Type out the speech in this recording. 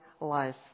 life